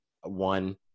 one